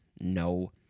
No